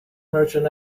merchant